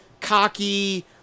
cocky